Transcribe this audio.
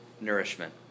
nourishment